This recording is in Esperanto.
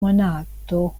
monato